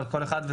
אבל כל אחד,